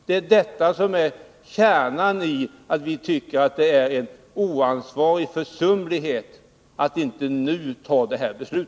Det är huvudanledningen till att vi tycker att det är försumligt och oansvarigt att inte nu fatta detta beslut.